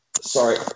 Sorry